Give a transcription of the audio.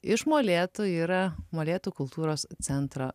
iš molėtų yra molėtų kultūros centro